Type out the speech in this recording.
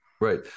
Right